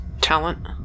talent